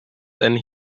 and